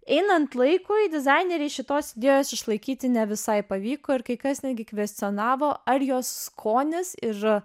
einant laikui dizainerei šitos idėjos išlaikyti ne visai pavyko ir kai kas netgi kvestionavo ar jos skonis ir